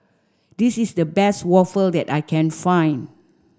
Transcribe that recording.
this is the best Waffle that I can find